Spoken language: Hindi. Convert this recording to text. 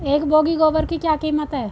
एक बोगी गोबर की क्या कीमत है?